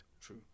True